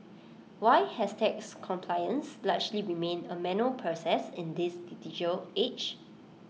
why has tax compliance largely remained A manual process in this digital age